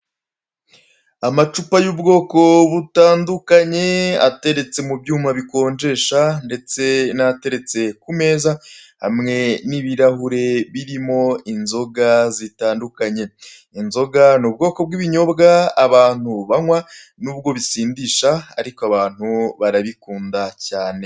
Amacupa y'ubwoko butandukanye ataretse mu byuma bikonjesha ndetse n'ateretse ku meza, hamwe n'ibirahure birimo inzoga zitandukanye. Inzoga ni ubwoko bw'ibinyobwa abantu banywa, nubwo bisindisha, ariko abantu barabikunda cyane.